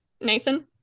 Nathan